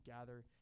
gather